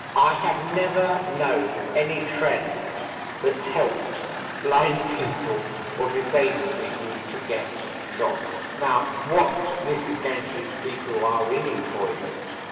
i have never known any trend that's helped blind people or disabled people to get jobs. now what this is going to do to people who are in employment,